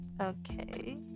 okay